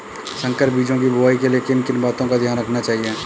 संकर बीजों की बुआई के लिए किन किन बातों का ध्यान रखना चाहिए?